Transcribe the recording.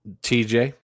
TJ